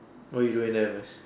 what you doing there man